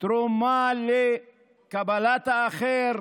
תרומה לקבלת האחר,